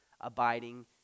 abiding